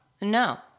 no